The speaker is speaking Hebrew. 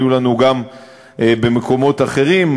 היו לנו גם במקומות אחרים,